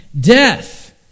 death